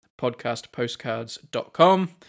podcastpostcards.com